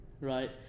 right